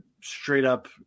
straight-up